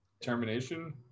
termination